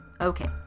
Okay